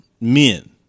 men